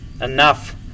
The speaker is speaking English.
Enough